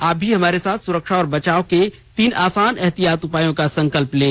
आप भी हमारे साथ सुरक्षा और बचाव के तीन आसान एहतियाती उपायों का संकल्प लें